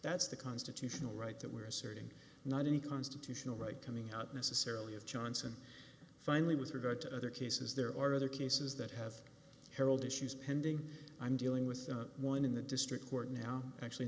that's the constitutional right that we are asserting not any constitutional right coming out necessarily of johnson finally with regard to other cases there are other cases that have harold issues pending i'm dealing with one in the district court now actually